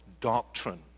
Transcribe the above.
doctrine